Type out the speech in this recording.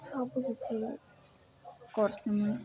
ସବୁକିଛି କର୍ସିଂ